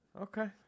Okay